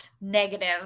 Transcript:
negative